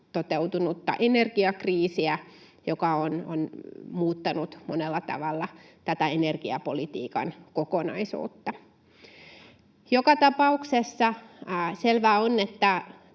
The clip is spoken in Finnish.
toteutunutta energiakriisiä, joka on muuttanut monella tavalla tätä energiapolitiikan kokonaisuutta. Joka tapauksessa selvää on, että